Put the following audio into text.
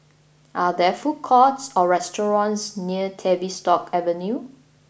are there food courts or restaurants near Tavistock Avenue